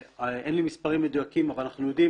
אין לי מספרים מדויקים אבל אנחנו יודעים